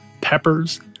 peppers